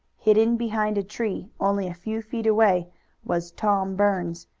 hidden behind a tree only a few feet away was tom burns,